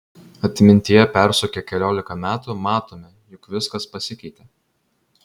atmintyje persukę keliolika metų matome jog viskas pasikeitė